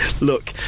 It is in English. look